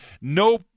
No